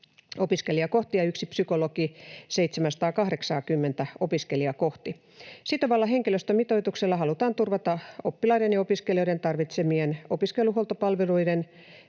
ja yksi psykologi 780:tä opiskelijaa kohti. Sitovalla henkilöstömitoituksella halutaan turvata oppilaiden ja opiskelijoiden tarvitsemien opiskeluhuoltopalveluiden